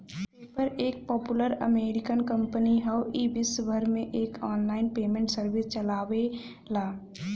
PayPal एक popular American company हौ ई विश्वभर में एक आनलाइन पेमेंट सर्विस चलावेला